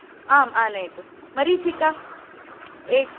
आम् आनयतु मरीचिका एकम्